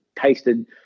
tasted